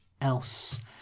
else